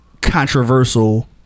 controversial